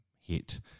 hit